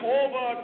over